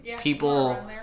people